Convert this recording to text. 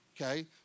okay